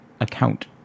account